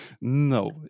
No